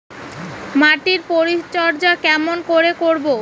মাটির পরিচর্যা কেমন করে করব?